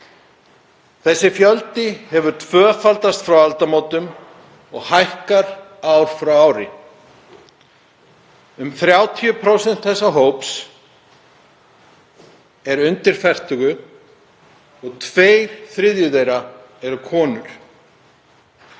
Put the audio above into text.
Þessi fjöldi hefur tvöfaldast frá aldamótum og hækkar ár frá ári. Um 30% þessa hóps eru undir fertugu og tveir þriðju eru konur.